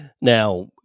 Now